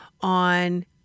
on